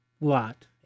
Lot